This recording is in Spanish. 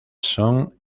son